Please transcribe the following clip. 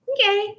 Okay